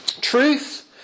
Truth